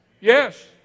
Yes